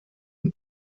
und